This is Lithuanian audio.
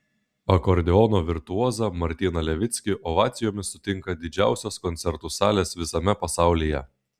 akordeono virtuozą martyną levickį ovacijomis sutinka didžiausios koncertų salės visame pasaulyje